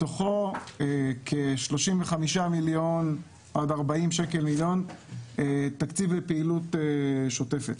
מתוכו כ-35 עד 40 מיליון שקל תקציב לפעילות שוטפת.